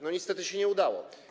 No i niestety się nie udało.